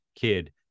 kid